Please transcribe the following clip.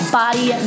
body